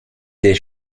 des